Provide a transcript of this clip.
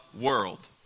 world